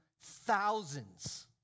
thousands